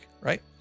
right